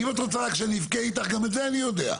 אם את רוצה שאני רק אבכה איתך, גם את זה אני יודע.